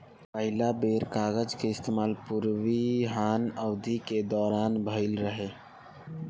पहिला बेर कागज के इस्तेमाल पूर्वी हान अवधि के दौरान भईल रहे